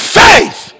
faith